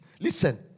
Listen